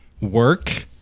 work